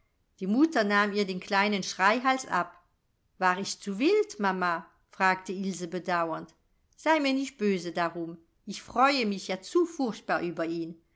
die mutter nahm ihr den kleinen schreihals ab war ich zu wild mama fragte ilse bedauernd sei mir nicht böse darum ich freue mich ja zu furchtbar über ihn